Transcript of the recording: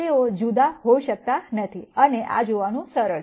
તેઓ જુદા હોઈ શકતા નથી અને આ જોવાનું સરળ છે